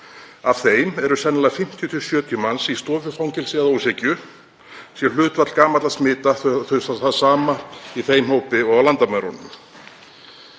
Af þeim eru sennilega 50 til 70 manns í stofufangelsi að ósekju, sé hlutfall gamalla smita það sama í þeim hópi og á landamærunum.